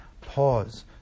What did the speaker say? Pause